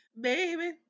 Baby